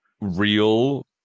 real